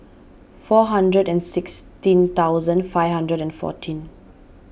four hundred and sixteen thousand five hundred and fourteen